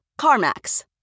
CarMax